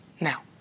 now